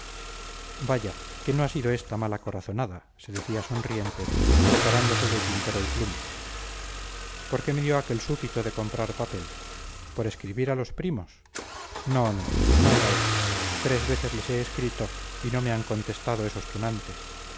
vaya que no ha sido esta mala corazonada se decía sonriente preparándose de tintero y pluma por qué me dio aquel súpito de comprar papel por escribir a los primos no no no era esto tres veces les he escrito y no me han contestado esos tunantes